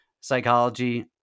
psychology